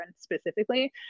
specifically